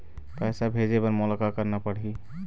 पैसा भेजे बर मोला का करना पड़ही?